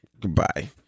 Goodbye